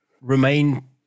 remain